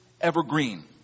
evergreen